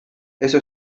eso